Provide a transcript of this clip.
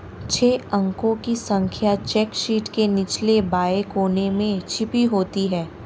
छह अंकों की संख्या चेक शीट के निचले बाएं कोने में छपी होती है